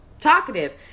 talkative